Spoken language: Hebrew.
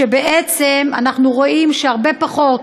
ובעצם אנחנו רואים שהרבה פחות